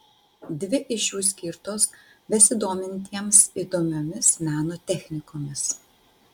dvi iš jų skirtos besidomintiems įdomiomis meno technikomis